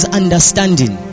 understanding